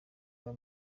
byo